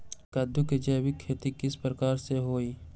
कददु के जैविक खेती किस प्रकार से होई?